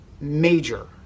major